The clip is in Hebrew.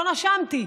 לא נשמתי,